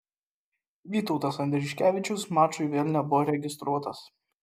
vytautas andriuškevičius mačui vėl nebuvo registruotas